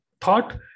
thought